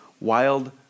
wild